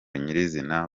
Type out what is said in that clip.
nyirizina